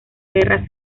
guerra